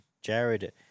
Jared